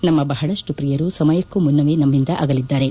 ನಮ್ನ ಬಹಳಷ್ಟು ಪ್ರಿಯರು ಸಮಯಕ್ಕೂ ಮುನ್ನವೇ ನಮ್ನಿಂದ ಅಗಲಿದ್ದಾರೆ